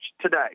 today